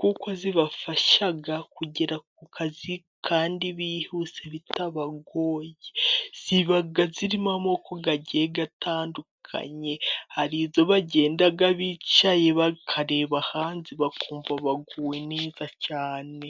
kuko zibafasha kugera ku kazi, kandi byihuse bitabagoye, ziba zirimo amoko agiye atandukanye, hari izo bagenda bicaye, bakareba hanze, bakumva baguwe neza cyane.